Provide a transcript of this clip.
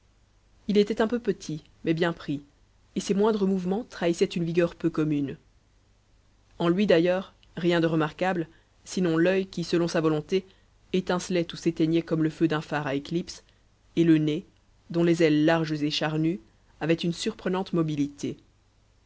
il était un peu petit mais bien pris et ses moindres mouvements trahissaient une vigueur peu commune en lui d'ailleurs rien de remarquable sinon l'œil qui selon sa volonté étincelait ou s'éteignait comme le feu d'un phare à éclipses et le nez dont les ailes larges et charnues avaient une surprenante mobilité